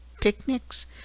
picnics